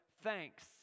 thanks